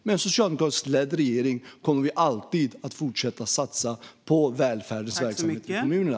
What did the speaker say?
Med en socialdemokratiskt ledd regering kommer vi alltid att fortsätta satsa på välfärdens verksamheter i kommunerna.